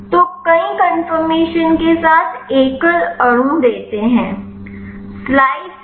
तो कई कन्फर्मेशन के साथ एकल अणु देते हैं